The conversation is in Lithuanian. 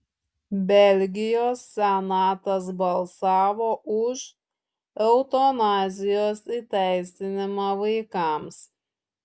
belgijos senatas balsavo už eutanazijos įteisinimą vaikams